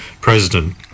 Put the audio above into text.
president